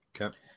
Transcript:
Okay